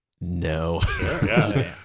No